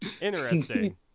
Interesting